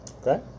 Okay